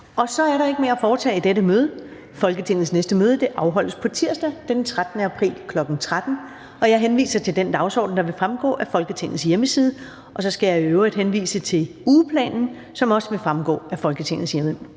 Så er der ikke mere at foretage i dette møde. Folketingets næste møde afholdes på tirsdag, den 13. april 2021, kl. 13.00. Jeg henviser til den dagsorden, der vil fremgå af Folketingets hjemmeside. Og så skal jeg i øvrigt henvise til ugeplanen, som også vil fremgå af Folketingets hjemmeside.